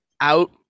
out